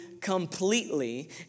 completely